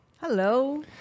Hello